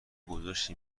گذاشتی